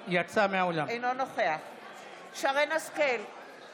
הצעת חוק זו הוא העוול שבדרישה לרישיונות השימוש,